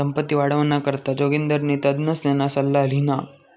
संपत्ती वाढावाना करता जोगिंदरनी तज्ञसना सल्ला ल्हिना